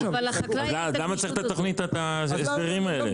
אז למה צריך את ההסדרים האלה?